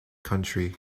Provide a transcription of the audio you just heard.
country